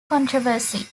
controversy